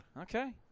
Okay